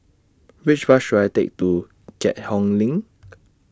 Which Bus should I Take to Keat Hong LINK